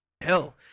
Hell